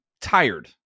tired